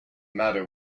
matter